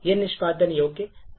यह निष्पादन योग्य disk में store है